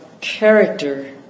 character